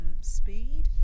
speed